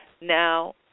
Now